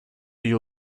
you